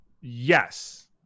yes